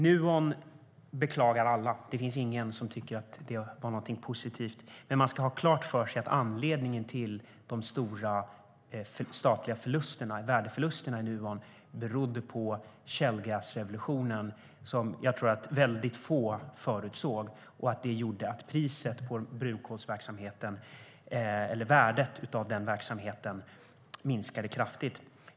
Nuon beklagar alla. Det finns ingen som tycker att Nuon är positivt. Man ska ha klart för sig att de stora statliga värdeförlusterna i Nuon berodde på shale gas-revolutionen, som jag tror att få förutsåg. Det gjorde att värdet av brunkolsverksamheten minskade kraftigt.